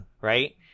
right